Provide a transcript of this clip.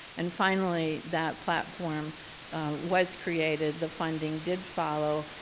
and finally that platform was created, the funding did follow,